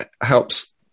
helps